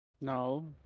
No